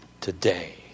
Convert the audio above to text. today